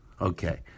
Okay